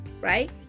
right